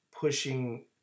pushing